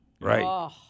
Right